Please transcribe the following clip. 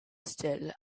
still